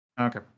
Okay